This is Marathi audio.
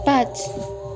पाच